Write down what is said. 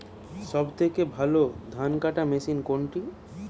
সবথেকে ভালো ধানকাটা মেশিন কোনটি?